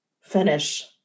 finish